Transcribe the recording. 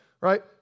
right